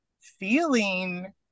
feeling